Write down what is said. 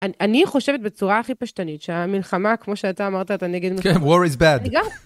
אני חושבת בצורה הכי פשטנית, שהמלחמה, כמו שאתה אמרת, אתה נגד מלחמה. כן, war is bad